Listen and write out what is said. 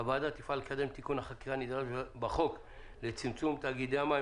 הוועדה תפעל לקדם את תיקון החקיקה הנדרש בחוק לצמצום תאגידי המים